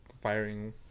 firing